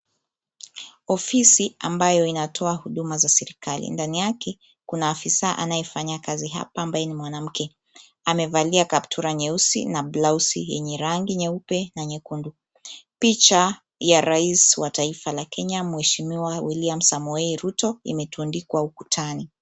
Ofisi ambayo inatoa huduma za serikali ndani yake kuna afisa anaye anafanya kazi hapa ambaye ni mwanamke. Amevalia kaptura nyeusi na blausi yenye rangi nyeupe na nyekundu. Picha ya raisi wa taifa la Kenya mheshimiwa William Samoe Ruto imetundikwa ukutani.